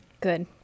Good